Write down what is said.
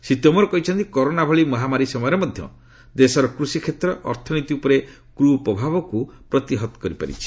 ଶ୍ରୀ ତୋମର କହିଛନ୍ତି କରୋନା ଭଳି ମହାମାରୀ ସମୟରେ ମଧ୍ୟ ଦେଶର କୃଷିକ୍ଷେତ୍ର ଅର୍ଥନୀତି ଉପରେ କୁପ୍ରଭାବକୁ ପ୍ରତିହତ କରିପାରିଛି